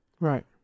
Right